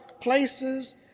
places